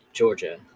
Georgia